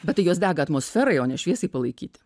bet tai jos dega atmosferai o ne šviesai palaikyti